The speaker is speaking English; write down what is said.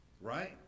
right